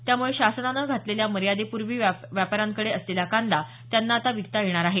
त्यामुळे शासनाने घातलेल्या मयादेपूर्वी व्यापाऱ्यांकडे असलेला कांदा त्यांना आता विकता येणार आहे